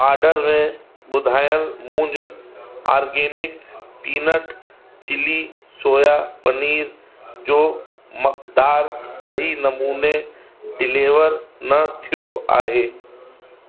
order में ॿुधायल मूंज organic peanut chilli soya paneer जो मक़दारु सही नमूने डिलीवर न थियो आहे